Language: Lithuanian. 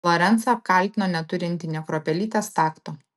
lorencą apkaltino neturint nė kruopelytės takto